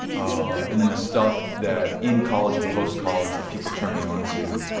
um and then the stuff that in college and post-college that people turned me on to,